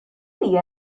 día